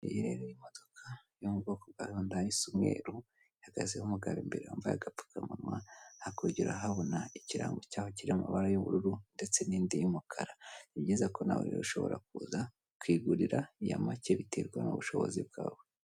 Iyi ureba ni modoka yo mu bwoko bwa Hyundai isa umweru ihagazeho umugabo imbere wambaye agapfukamunwa, hakurya urahabona ikirango cyaho kiri mu mabara y'ububuru ndetse n'indi y'umukara. Ni byiza ko nawe ushobora kuza kwigurira iya make, biterwa n'ubushobozi bwawe.